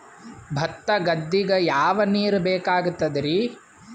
ಭತ್ತ ಗದ್ದಿಗ ಯಾವ ನೀರ್ ಬೇಕಾಗತದರೀ?